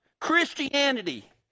Christianity